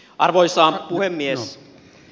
arvoisa puhemies